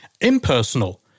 impersonal